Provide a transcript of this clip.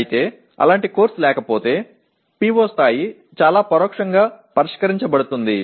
అయితే అలాంటి కోర్సు లేకపోతే PO స్థాయి చాలా పరోక్షంగా పరిష్కరించబడుతుంది